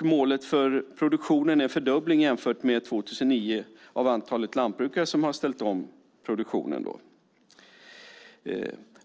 Målet för produktionen är en fördubbling jämfört med 2009 av antalet lantbrukare som har ställt om produktionen.